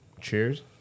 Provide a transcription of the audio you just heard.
cheers